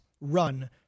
run